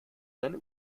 seine